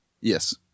Yes